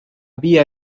vía